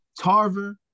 Tarver